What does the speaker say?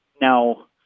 Now